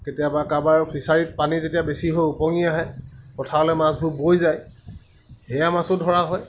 কেতিয়াবা কাৰোবাৰ ফিছাৰীত পানী যেতিয়া বেছি হৈ উপঙি আহে পথাৰলৈ মাছবোৰ বৈ যায় সেয়া মাছো ধৰা হয়